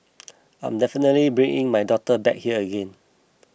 I'm definitely bringing my daughter back here again